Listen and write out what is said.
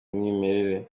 umwimerere